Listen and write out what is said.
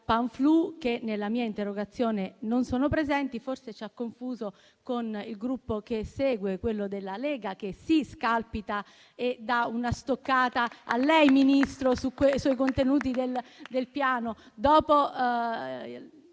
Panflu che nella mia interrogazione non sono presenti, forse ci ha confuso con il Gruppo che segue, quello della Lega, che sì scalpita e dà una stoccata a lei, Ministro, sui contenuti del piano.